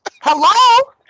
Hello